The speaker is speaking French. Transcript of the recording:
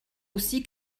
aussi